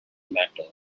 matter